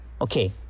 Okay